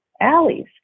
alleys